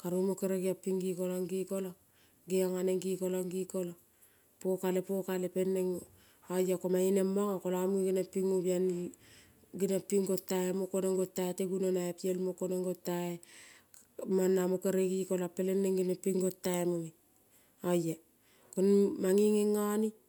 karu mo kere geiong ping gekolong, gekolong ge nga neng nge kolong gekolong pokale pokale peleng neng oia ko mange neng mongo munge, geniong ping ngo bihainim geniong ping gong pimo ko neng gong tai te gunonoi, piel mo ko neng gong tai mong namo kere ge kolong peleng neng ngong tai mo meng oi kon mange ngeng ngone.